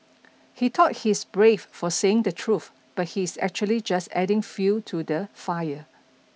he thought he's brave for saying the truth but he's actually just adding fuel to the fire